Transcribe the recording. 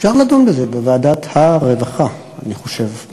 אפשר לדון בזה בוועדת הרווחה אני חושב.